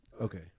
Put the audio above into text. Okay